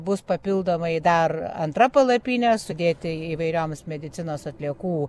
bus papildomai dar antra palapinė sudėti įvairioms medicinos atliekų